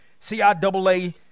CIAA